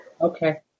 Okay